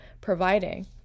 providing